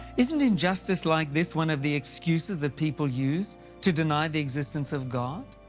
isn't injustice like this one of the excuses that people use to deny the existence of god?